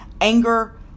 anger